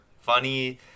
funny